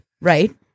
Right